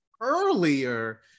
earlier